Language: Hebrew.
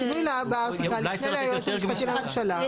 השינוי בארטיקל יופנה ליועץ המשפטי לממשלה.